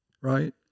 Right